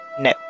No